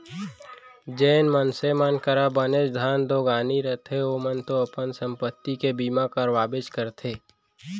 जेन मनसे मन करा बनेच धन दो गानी रथे ओमन तो अपन संपत्ति के बीमा करवाबेच करथे